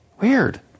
Weird